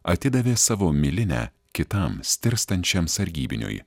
atidavė savo milinę kitam stirstančiam sargybiniui